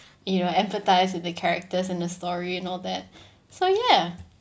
you know empathize with the characters in the story and all that so ya